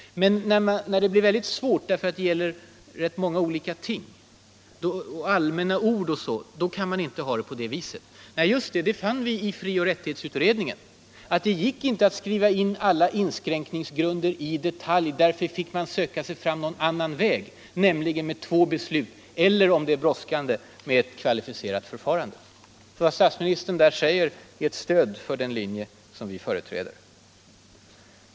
Men det blir svårt när det gäller rätt många ting som är svåra att beskriva, och då kan man inte ha det på det viset. Nej, just det. Vi fann i frioch rättighetsutredningen att det inte gick att skriva in alla inskränkningsgrunder i detalj. Därför fick man söka sig fram någon annan väg, nämligen med två beslut eller, om det är brådskande, med kvalificerat förfarande. Vad statsministern säger är ett stöd för den linje vi företräder.